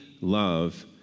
love